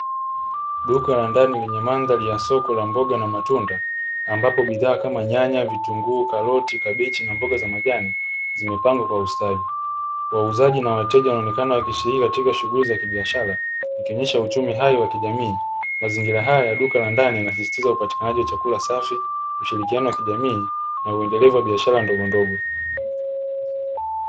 Duka la ndani lenye mandhari ya soko la mboga na matunda ambapo bidhaa kama nyanya, vitunguu, karoti, kabichi na mboga za majani zimepangwa kwa ustadi. Wauzaji na wateja wanaonekana wakishiriki katika shughuli za kibiashara ikionyesha uchumi hai wa kijamii. Mazingira haya ya duka la ndani yanasisitiza upatikanaji wa chakula safi, ushirikiano wa kijamii na uendelevu wa biashara ndogondogo.